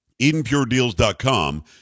EdenPureDeals.com